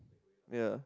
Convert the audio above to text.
yeah